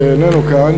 שאיננו כאן,